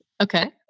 Okay